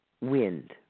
wind